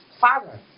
father